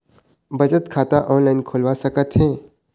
बचत खाता ऑनलाइन खोलवा सकथें?